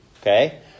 okay